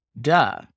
duh